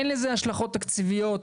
אין לזה השלכות תקציביות